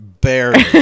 barely